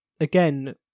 again